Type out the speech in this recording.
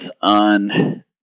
on